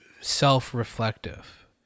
self-reflective